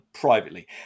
privately